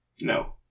No